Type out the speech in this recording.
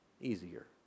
easier